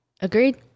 Agreed